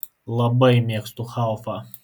labai mėgstu haufą